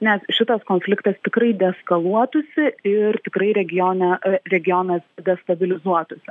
nes šitas konfliktas tikrai deeskaluotųsi ir tikrai regione regionas destabilizuotųsi